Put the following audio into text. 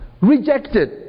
rejected